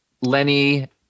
Lenny